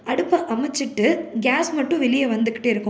அடுப்பை அணைச்சிட்டு கேஸ் மட்டும் வெளியே வந்துக்கிட்டே இருக்கும்